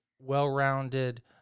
well-rounded